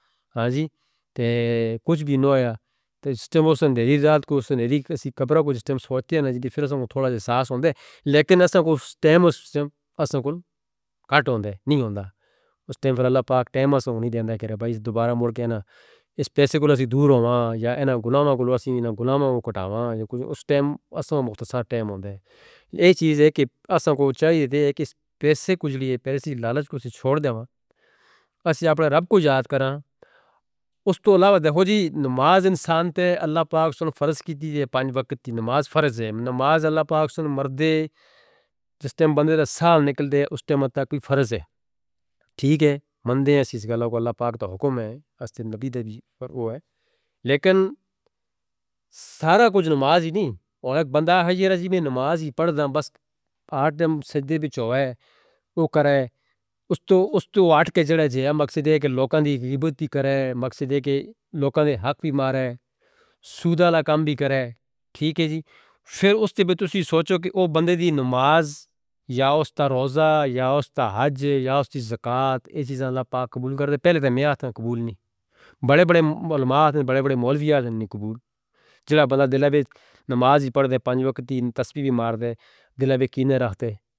آج دی کچھ بھی نوایا، سسٹم ہو سندے ہیں، دی زاد کو سندے ہیں، کسی کبرہ کو سسٹم سوچتے ہیں، لیکن اساں کو سسٹم کٹ ہوتے ہیں۔ اس دن پر اللہ پاک ٹیم اساں کو نہیں دیتا ہے کہ دوبارہ مڑ کے اس پیسے کو ہم دور ہوں، یا ان گناہوں کو ہم کٹ آویں۔ اس دن اساں کو مختصر ٹیم ہوتا ہے۔ یہ چیز ہے کہ اساں کو چاہیے ہے کہ اس پیسے کو چھوڑ دیتے ہیں۔ اساں اپنے رب کو یاد کریں۔ اس تو علاوہ نماز انسان پر اللہ پاک سن فرض کی دیئے پانچ وقت کی نماز فرض ہے۔ نماز اللہ پاک سن مردے جس ٹیم بندے دا سان نکل دے اس ٹیم اتا کوئی فرض ہے۔ ٹھیک ہے؟ بندے ہیں اس گالہ کو اللہ پاک تا حکم ہے۔ اس دے نبی دے بھی فرض ہے۔ لیکن سارا کچھ نماز ہی نہیں۔ اوہ ایک بندہ ہے جیرا جی میں نماز ہی پڑھ دا۔ بس آٹھم سجدے وچ ہوائے۔ اوہ کرے۔ اس تو آٹھ کے جڑا جیہہ مقصد ہے کہ لوگوں دی غیبت دی کرے۔ مقصد ہے کہ لوگوں دے حق بھی مارے۔ سودہ لا کام بھی کرے۔ ٹھیک ہے جی؟ پھر اس دے بیچ سوچو کہ اوہ بندے دی نماز یا اس دا روزہ یا اس دا حج یا اس دی زکاة۔ اسیز اللہ پاک قبول کرتے ہیں۔ پہلے تو میہہ تاں قبول نہیں۔ بڑے بڑے علماء ہیں۔ بڑے بڑے مولوی ہیں۔ جنہیں قبول۔ جلا بندہ دلہوئے نماز ہی پڑھ دے۔ پانچ وقت ہی۔ تسبیح بھی مار دے۔ دلہوئے کینہ رکھتے.